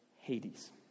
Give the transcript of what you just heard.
Hades